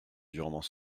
durement